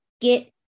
get